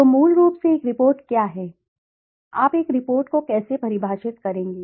तो मूल रूप से एक रिपोर्ट क्या है आप एक रिपोर्ट को कैसे परिभाषित करेंगे